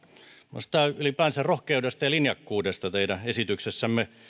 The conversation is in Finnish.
minusta ylipäänsä rohkeudesta ja linjakkuudesta teidän esityksessänne